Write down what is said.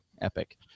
epic